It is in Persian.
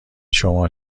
شما